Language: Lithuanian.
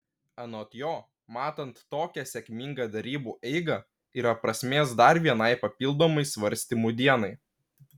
anot jo matant tokią sėkmingą derybų eigą yra prasmės dar vienai papildomai svarstymų dienai